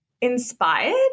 inspired